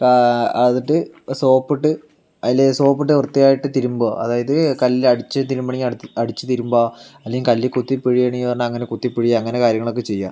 ക എന്നിട്ട് സോപ്പിട്ട് അതിൽ സോപ്പിട്ട് വൃത്തിയായിട്ട് തിരുമ്പുക അതായത് കല്ലിൽ അടിച്ച് തിരുമ്പണമെങ്കിൽ അടിച്ച് തിരുമ്പുക അല്ലെങ്കിൽ കല്ലിൽ കുത്തി പിഴിയണമെങ്കിൽ അങ്ങനെ കുത്തിപിഴിയുക അങ്ങനെ കാര്യങ്ങളൊക്കെ ചെയ്യുക